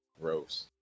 gross